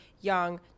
young